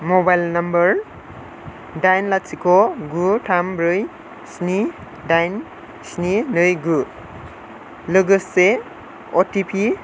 मबेल number दाइन लाथिख' गु थाम ब्रै स्नि दाइन स्नि नै गु लोगोसे अ टि पि